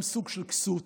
הם סוג של כסות.